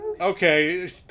okay